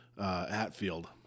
Hatfield